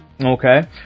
okay